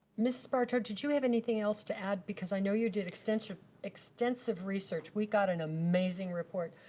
mrs. barto, did you have anything else to add, because i know you did extensive extensive research. we got an amazing report,